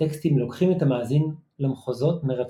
והטקסטים לוקחים את המאזין למחוזות מרתקים״